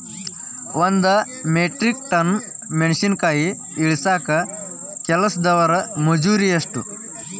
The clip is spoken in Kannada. ಒಂದ್ ಮೆಟ್ರಿಕ್ ಟನ್ ಮೆಣಸಿನಕಾಯಿ ಇಳಸಾಕ್ ಕೆಲಸ್ದವರ ಮಜೂರಿ ಎಷ್ಟ?